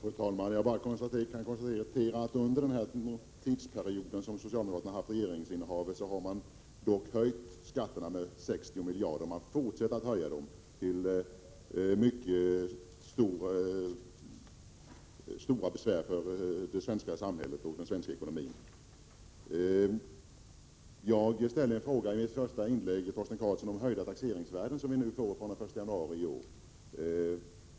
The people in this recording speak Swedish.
Fru talman! Jag kan bara konstatera att man under socialdemokraternas regeringsinnehav har höjt skatterna med 60 miljarder, och man fortsätter att höja dem. Detta är till stort besvär för den svenska ekonomin, för det svenska samhället. Jag ställde i mitt första inlägg en fråga till Torsten Karlsson om de höjda taxeringsvärden som gäller från den 1 janauri i år.